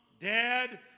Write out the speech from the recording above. dad